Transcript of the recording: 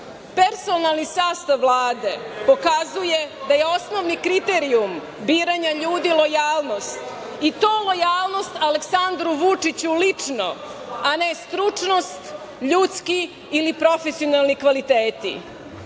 izbora. Personalni sastav Vlade pokazuje da je osnovni kriterijum biranja ljudi, lojalnost i to lojalnost Aleksandru Vučiću lično, a ne stručnost, ljudski ili profesionalni kvaliteti.